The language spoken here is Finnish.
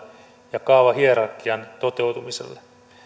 ja kaavahierarkian toteutumiselle